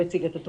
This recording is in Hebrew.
אבל לא הציגה,